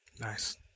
Nice